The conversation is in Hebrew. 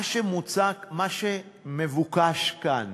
מה שמבוקש כאן